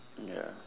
ya